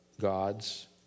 gods